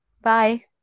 Bye